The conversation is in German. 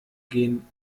gehen